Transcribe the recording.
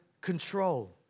control